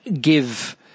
give